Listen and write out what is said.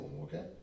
okay